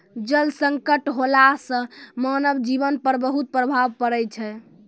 जल संकट होला सें मानव जीवन पर बहुत प्रभाव पड़ै छै